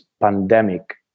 pandemic